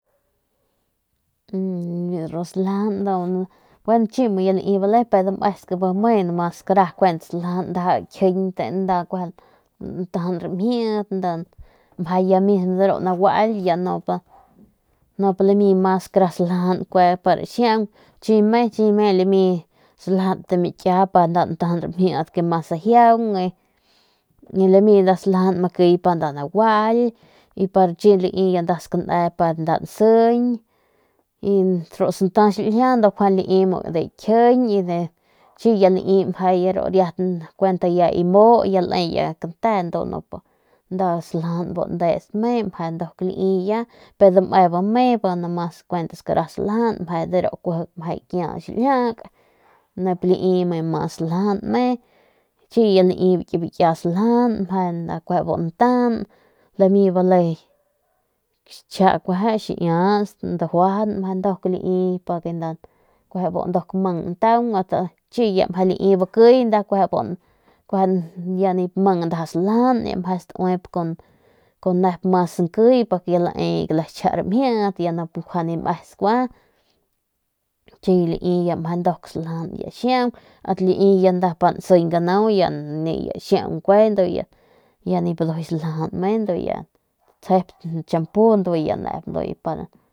Ru saljajan ndu bueno chi ya lii bale dameskat bu me nomas skara kuent saljajan kuent kjiñ para ntajan rimjiet y kjuende de ru mismo nda para naguail nup lami mas skara saljajan kue para xiaung chi me chi lame saljajan bikia para nda ntajan ramjit mas ajiaung y lami nda nda saljajan makey pa nda laguail y chi ya lii pa nda skane pa nda nsiñ y ru santa xiljia ndu kjuende lii kjiñ y de chi ya lii ya riat kuent ya ki muu ya le ya kante ya nup saljajan bu ndesp me meje nduk lai y dame bi me nomas skara xiau saljajan de ru meje kakia xiljiak ya nip lai mas saljajan me chi ya lai ki bikia saljajan nda meje bu ntajajn lami bale xchija rias dajuajan meje nduk lai meje nik ndamang ntaung chi ya meje lai bakiy si nda nip mang nda ya ndaja saljajan ya stauip sankiy ya lae lke xiñchja ramjit ya nip kjuande dameskua chi ya lai meje nduk saljajan xiau ast lai nda nsiñ ganau ni ya xiau ndu ya nip saljajan me ndu ya statsjep champu ndu ya ndaja.